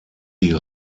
die